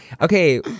Okay